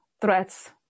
threats